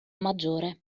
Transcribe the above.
maggiore